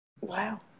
wow